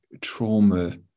trauma